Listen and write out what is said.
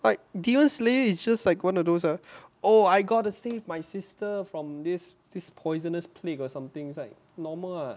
like demon slayer it's just like one of those uh oh I got to save my sister from this this poisonous plague or something it's like normal uh